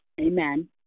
amen